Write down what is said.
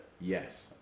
yes